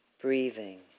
breathing